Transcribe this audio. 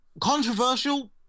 Controversial